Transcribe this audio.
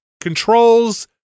controls